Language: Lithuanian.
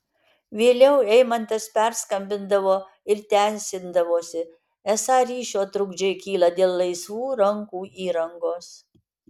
vėliau eimantas perskambindavo ir teisindavosi esą ryšio trukdžiai kyla dėl laisvų rankų įrangos